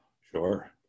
sure